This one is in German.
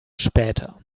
später